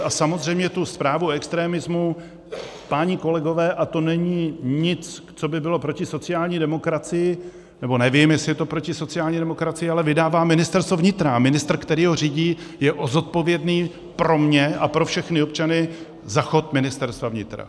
A samozřejmě tu zprávu o extremismu, páni kolegové, a to není nic, co by bylo proti sociální demokracii, nebo nevím, jestli je to proti sociální demokracii, vydává Ministerstvo vnitra a ministr, který ho řídí, je pro mě a pro všechny občany zodpovědný za chod Ministerstva vnitra.